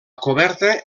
coberta